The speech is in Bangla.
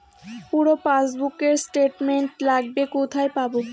পুরো পাসবুকের স্টেটমেন্ট লাগবে কোথায় পাব?